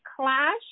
clash